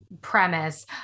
premise